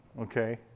Okay